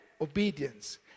obedience